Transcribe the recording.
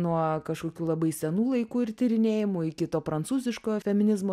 nuo kažkokių labai senų laikų ir tyrinėjimų iki to prancūziškojo feminizmo